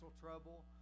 trouble